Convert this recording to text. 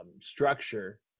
structure